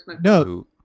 No